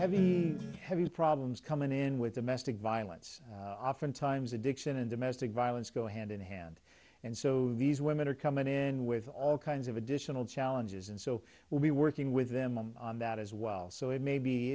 heavy heavy problems come in with domestic violence oftentimes addiction and domestic violence go hand in hand and so these women are come in with all kinds of additional challenges and so we'll be working with them on that as well so it may be